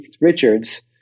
Richards